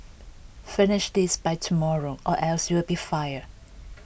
finish this by tomorrow or else you'll be fired